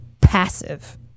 passive